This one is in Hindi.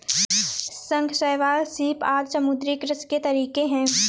शंख, शैवाल, सीप आदि समुद्री कृषि के तरीके है